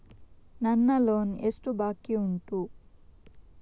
ನನ್ನ ಲೋನ್ ಎಷ್ಟು ಬಾಕಿ ಉಂಟು?